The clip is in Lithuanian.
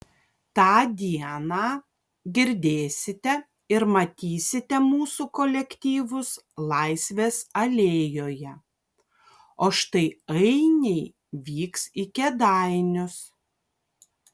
tą dieną girdėsite ir matysite mūsų kolektyvus laisvės alėjoje o štai ainiai vyks į kėdainius